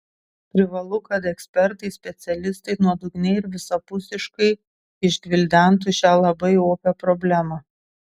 privalu kad ekspertai specialistai nuodugniai ir visapusiškai išgvildentų šią labai opią problemą